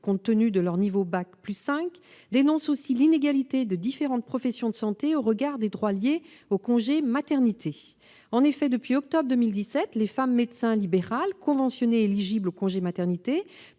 compte tenu de leur niveau bac+5, dénoncent aussi l'inégalité des différentes professions de santé au regard des droits liés au congé maternité. En effet, depuis octobre 2017, les femmes médecins libérales conventionnées et éligibles au congé maternité